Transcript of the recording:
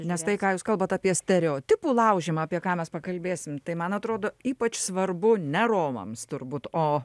nes tai ką jūs kalbat apie stereotipų laužymą apie ką mes pakalbėsim tai man atrodo ypač svarbu ne romams turbūt o